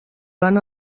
van